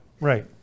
right